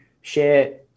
share